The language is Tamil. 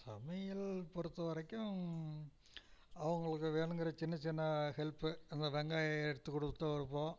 சமையல் பொறுத்த வரைக்கும் அவங்களுக்கு வேணுங்கிற சின்ன சின்ன ஹெல்ப்பு அந்த வெங்காயம் எடுத்துக் கொடுத்துருப்போம்